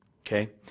okay